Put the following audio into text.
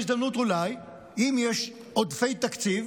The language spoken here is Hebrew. אולי יש לנו הזדמנות, אם יש עודפי תקציב,